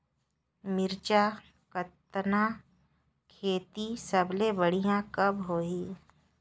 मिरचा कतना खेती सबले बढ़िया कब होही?